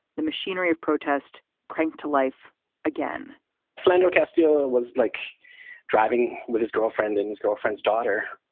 the machinery of protest cranked to life again flandreau castiel was like driving with his girlfriend and his girlfriend's daughter,